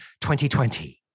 2020